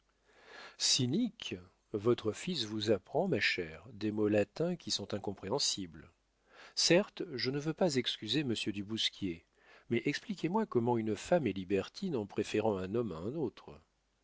votre fils vous apprend ma chère des mots latins qui sont incompréhensibles certes je ne veux pas excuser monsieur du bousquier mais expliquez-moi comment une femme est libertine en préférant un homme à un autre